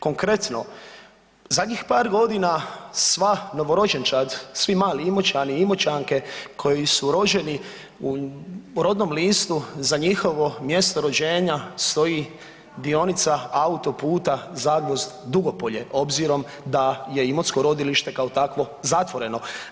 Konkretno zadnjih par godina sva novorođenčad, svi mali Imoćani i Imoćanke koji su rođeni u rodnom listu za njihovo mjesto rođenja stoji dionica auto-puta Zagvozd – Dugopolje obzirom da je Imotsko rodilište kao takvo zatvoreno.